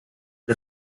the